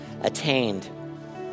attained